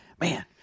man